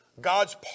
God's